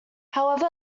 however